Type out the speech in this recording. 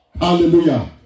Hallelujah